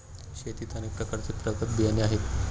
शेतीचे अनेक प्रकारचे प्रगत बियाणे आहेत